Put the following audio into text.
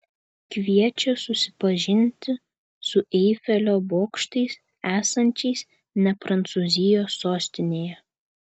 kviečia susipažinti su eifelio bokštais esančiais ne prancūzijos sostinėje